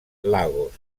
lagos